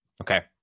Okay